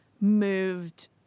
moved